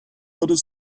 other